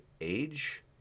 age